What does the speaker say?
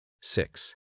Six